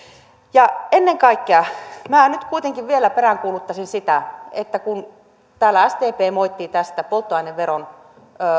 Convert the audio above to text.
ja ennen kaikkea minä nyt kuitenkin vielä peräänkuuluttaisin sitä että kun täällä sdp moittii tästä polttoaineveron